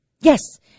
Yes